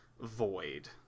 void